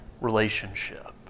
relationship